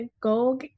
go